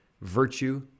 virtue